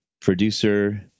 producer